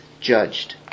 judged